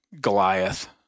Goliath